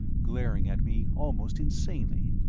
glaring at me almost insanely.